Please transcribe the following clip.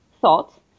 thought